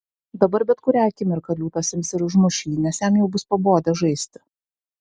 dabar bet kurią akimirką liūtas ims ir užmuš jį nes jam jau bus pabodę žaisti